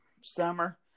summer